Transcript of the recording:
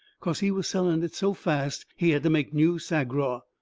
cause he was selling it so fast he had to make new sagraw.